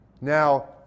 Now